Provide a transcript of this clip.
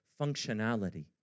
functionality